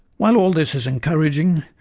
while all this is encouraging,